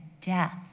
death